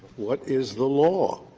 what is the law?